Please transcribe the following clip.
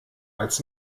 als